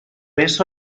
eso